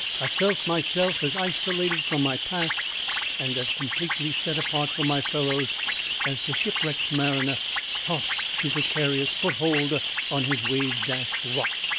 i felt myself as isolated from my past and as completely set apart from my fellows as the shipwrecked mariner tossed to precarious foot-hold on his wave-dashed rock.